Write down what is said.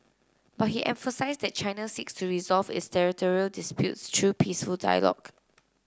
but he emphasised that China seeks to resolve its territorial disputes through peaceful dialogue